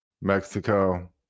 Mexico